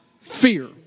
fear